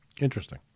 Interesting